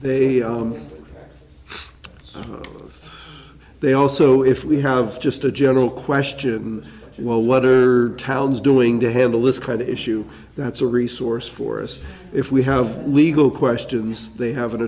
earth they also if we have just a general question well what are towns doing to handle this kind of issue that's a resource for us if we have legal questions they have an